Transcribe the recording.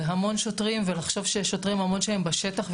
זה המון שוטרים ולחשוב שהשוטרים למרות שהם בשטח,